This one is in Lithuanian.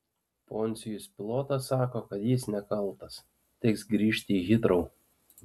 poncijus pilotas sako kad jis nekaltas teks grįžti į hitrou